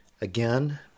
again